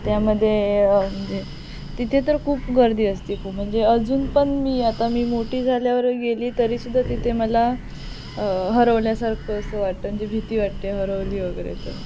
त्यामध्ये म्हणजे तिथे तर खूप गर्दी असते खूप म्हणजे अजून पण मी आता मी मोठी झाल्यावर गेली आहे तरी सुद्धा तिथे मला हरवल्यासारखं असं वाटतं म्हणजे भीती वाटते हरवली वगैरे तर